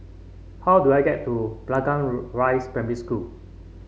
how do I get to Blangah Rise Primary School